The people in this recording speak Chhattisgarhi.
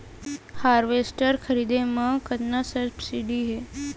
हारवेस्टर खरीदे म कतना सब्सिडी हे?